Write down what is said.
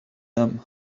him